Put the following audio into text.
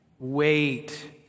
wait